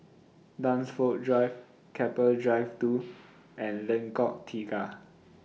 Dunsfold Drive Keppel Drive two and Lengkok Tiga